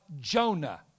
Jonah